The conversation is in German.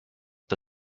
the